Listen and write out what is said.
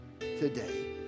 Today